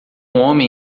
homem